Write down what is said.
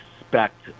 expect